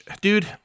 dude